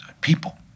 people